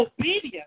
obedience